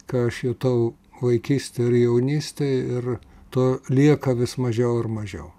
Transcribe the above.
ką aš jutau vaikystėj ir jaunystėj ir to lieka vis mažiau ir mažiau